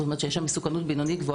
זה אומר שיש שם מסוכנות בינונית-גבוהה.